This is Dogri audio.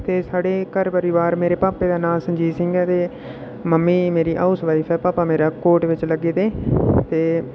ते साढ़े घर परोआर मेरे भापा दा नांऽ संजीव सिंह ऐ ते मम्मी मेरी हाऊस वाइफ ऐ भापा मेरे कोर्ट बिच लग्गे दे ते